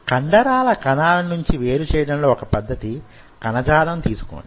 కండరాల కణాల నుంచి వేరు చేయడం లో వొక పద్ధతి కణజాలం తీసుకోండి